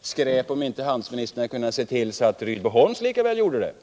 skräp om inte handelsministern också hade kunnat se till att Rydboholms gjorde det.